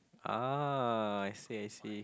ah I see I see